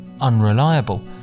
unreliable